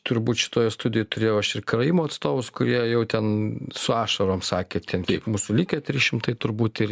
turbūt šitoj studijoj turėjau aš ir karaimų atstovus kurie jau ten su ašarom sakė ten taip mūsų likę trys šimtai turbūt ir